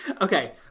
Okay